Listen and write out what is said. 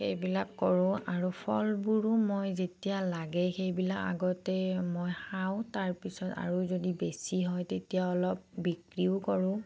সেইবিলাক কৰোঁ আৰু ফলবোৰো মই যেতিয়া লাগে সেইবিলাক আগতে মই খাওঁ তাৰপিছত আৰু যদি বেছি হয় তেতিয়াও অলপ বিক্ৰীও কৰোঁ